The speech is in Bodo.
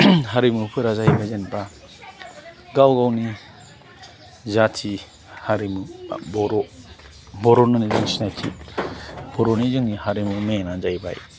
हारिमुफोरा जाहैबाय जेनेबा गाव गावनि जाथि हारिमु बा बर' बर' होननानै जों सिनायथि बर'नि जोंनि हारिमु मेनआनो जाहैबाय